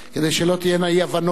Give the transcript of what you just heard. כדי שלא תהיינה אי-הבנות: